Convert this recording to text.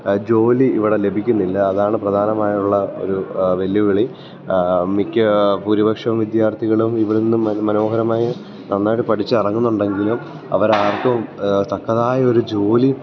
ജോലി ഇവിടെ ലഭിക്കുന്നില്ല അതാണ് പ്രധാനമായുള്ള ഒരു വെല്ലുവിളി മിക്ക ഭൂരിപക്ഷം വിദ്യാർത്ഥികളും ഇവിടുന്ന് മനോഹരമായി നന്നായിട്ട് പഠിച്ചിറങ്ങുന്നുണ്ടെങ്കിലും അവർ ആർക്കും തക്കതായ ഒരു ജോലി